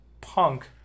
Punk